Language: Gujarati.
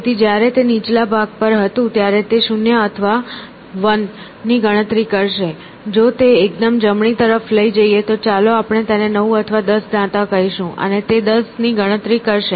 તેથી જ્યારે તે નીચલા ભાગ પર હતું તે 0 અથવા 1 ની ગણતરી કરશે જો તે એકદમ જમણી તરફ લઈ જઈએ તો ચાલો આપણે તેને 9 અથવા 10 દાંતા કહીશું અને તે 10 ની ગણતરી કરશે